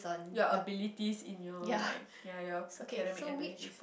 your abilities in your like ya your academic abilities